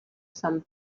some